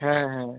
হ্যাঁ হ্যাঁ